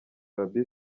arabie